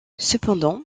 cependant